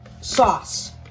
sauce